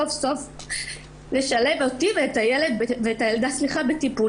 סוף סוף לשלב אותי ואת הילדה בטיפולים.